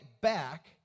back